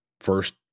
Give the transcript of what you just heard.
first